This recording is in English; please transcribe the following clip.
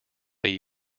they